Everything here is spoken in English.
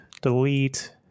delete